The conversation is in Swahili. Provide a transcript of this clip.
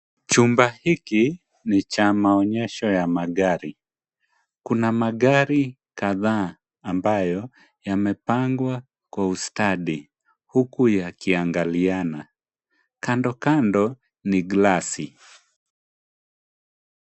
Chumba hiki ni cha maonyesho ya magari ,kuna magari kadhaa ambayo yamepangwa kwa ustadi huku yakiangaliana, kandokando ni glasi.